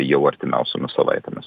jau artimiausiomis savaitėmis